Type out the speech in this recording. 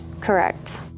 Correct